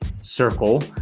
circle